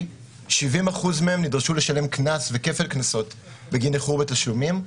70% נדרשו לשלם קנס וכפל קנסות בגין איחור בתשלומים.